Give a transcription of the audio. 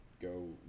go